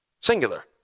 singular